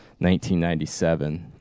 1997